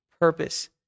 purpose